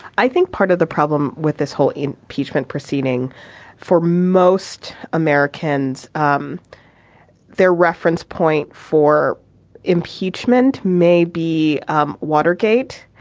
i think part of the problem with this whole impeachment proceeding for most americans, um their reference point for impeachment may be um watergate,